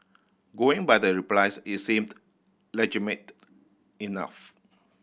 going by the replies it seems legitimate enough